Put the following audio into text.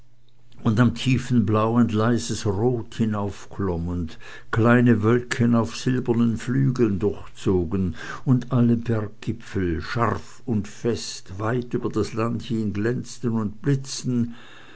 und am tiefen blau ein leises rot hinaufklomm und kleine wölkchen auf silbernen flügeln durchzogen und alle berggipfel scharf und fest weit über das land hin glänzten und blitzten